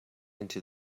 into